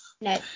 no